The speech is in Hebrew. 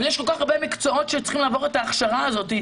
אבל יש כל כך הרבה מקצועות שצריכים לעבור את ההכשרה הזאת.